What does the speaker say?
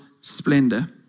splendor